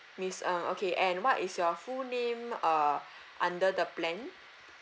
miss ng okay and what is your full name uh under the plan